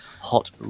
hot